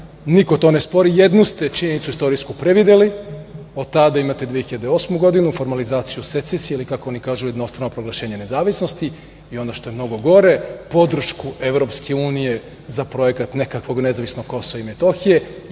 niko to ne spori jednu ste činjenicu istorijsku predvideli od tada imate 2008. godinu Formalizaciju secesije ili kako oni kažu jednostrano proglašenje nezavisnosti i ono što je mnogo gore podršku Evropske Unije za projekat nekakvog Nezavisnog Kosova i Metohije